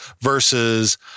versus